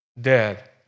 Dead